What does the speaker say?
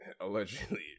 Allegedly